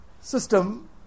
system